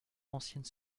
ancienne